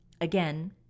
again